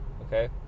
Okay